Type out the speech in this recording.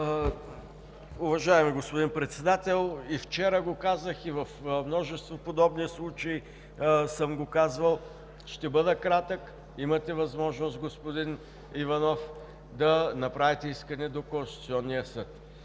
Уважаеми господин Председател, и вчера го казах, и в множество подобни случаи съм го казвал, ще бъда кратък – имате възможност, господин Иванов, да направите искане до Конституционния съд.